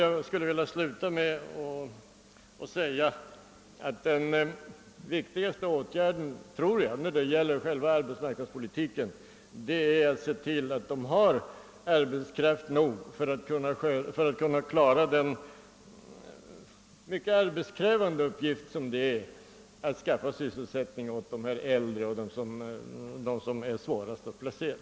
Jag skulle vilja säga att den viktigaste åtgärden i fråga om själva arbetsmarknadspolitiken nog är att tillse att arbetsmarknadsmyndigheterna har = arbetskraft för att kunna klara den mycket arbetskrävande uppgift som det är att skaffa sysselsättning åt de äldre och dem som är svårast att placera.